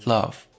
Love